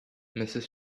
mrs